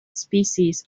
species